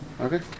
Okay